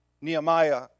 Nehemiah